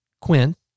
Quint